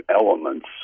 elements